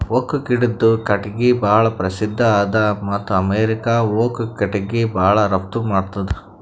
oak ಗಿಡದು ಕಟ್ಟಿಗಿ ಭಾಳ್ ಪ್ರಸಿದ್ಧ ಅದ ಮತ್ತ್ ಅಮೇರಿಕಾ ಓಕ್ ಕಟ್ಟಿಗಿ ಭಾಳ್ ರಫ್ತು ಮಾಡ್ತದ್